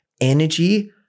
energy